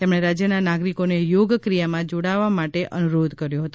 તેમણે રાજ્યના નાગરિકોને યોગ ક્રિયામાં જોડાવા માટે અનુરોધ કર્યો હતો